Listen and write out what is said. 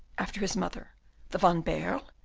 after his mother the van baerle,